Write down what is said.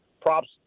props